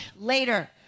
later